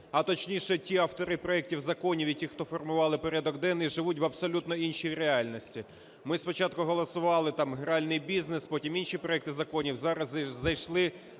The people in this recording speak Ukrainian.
а точніше, ті автори проектів законів і ті, хто формували порядок денний, живуть в абсолютно іншій реальності. Ми спочатку голосували там гральний бізнес, потім інші проекти законів, зараз зайшли